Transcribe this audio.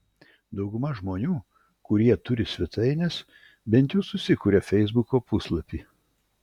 dauguma žmonių kurie turi svetaines bent jau susikuria feisbuko puslapį